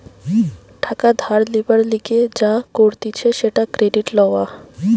টাকা ধার লিবার লিগে যা করতিছে সেটা ক্রেডিট লওয়া